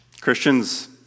Christians